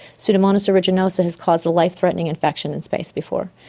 pseudomonas aeruginosa has caused a life-threatening infection in space before.